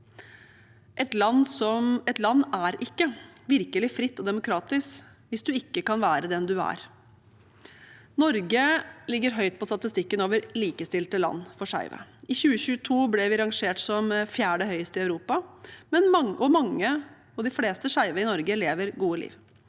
Et land er ikke virkelig fritt og demokratisk hvis du ikke kan være den du er. Norge ligger høyt på statistikken over likestilte land for skeive. I 2022 lå vi rangert som det fjerde høyeste i Europa, og de fleste skeive i Norge lever et godt liv.